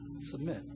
Submit